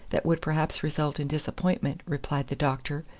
that would perhaps result in disappointment, replied the doctor.